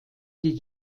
die